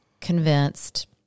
convinced